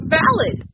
valid